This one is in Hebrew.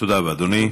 תודה, אדוני.